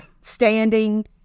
standing